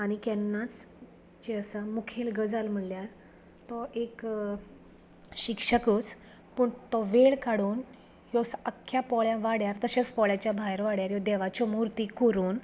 आनी केन्नाच जी आसा मुखेल गजाल म्हणल्यार तो एक शिक्षकूच पूण तो वेळ काडून यो अख्या पोळ्या वाड्याक तशेच पोळ्याच्या भायर वाड्यारूय देवाच्यो मुर्ती करून